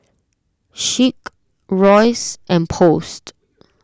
Schick Royce and Post